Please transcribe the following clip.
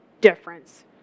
difference